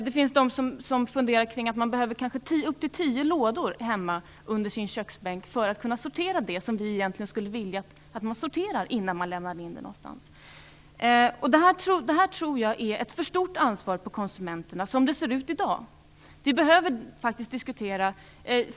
Det finns de som funderar på att man kanske behöver så många som tio lådor hemma under sin köksbänk för att kunna sortera det som vi egentligen skulle vilja att man sorterar innan man lämnar in det någonstans. Detta tror jag är ett för stort ansvar för konsumenterna som det ser ut i dag. Vi behöver faktiskt diskutera detta.